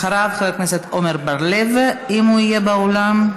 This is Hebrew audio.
אחריו, חבר הכנסת עמר בר-לב, אם הוא יהיה באולם.